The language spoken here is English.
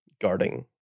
guarding